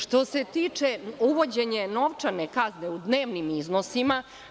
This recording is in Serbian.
Što se tiče uvođenja novčane kazne u dnevnim iznosima.